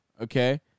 okay